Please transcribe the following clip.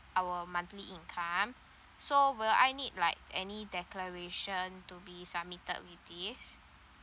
our monthly income so will I need like any declaration to be submitted with this